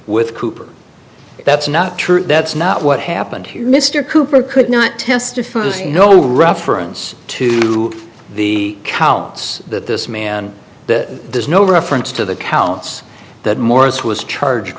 with cooper that's not true that's not what happened here mr cooper could not testify no reference to the counts that this man that does no reference to the counts that morris was charged